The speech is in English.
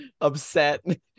upset